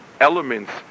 elements